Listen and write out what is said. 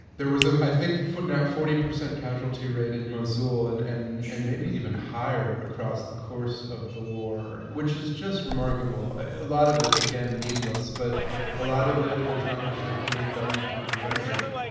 there was, ah i think now a forty percent casualty rate in mosul and and and maybe even higher across the course of the war, which is just remarkable. a lot of it, again, needless, but a lot of it, there's not much they could have done to prevent it.